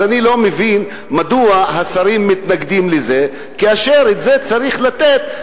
אז אני לא מבין מדוע השרים מתנגדים לזה כאשר את זה צריך לתת,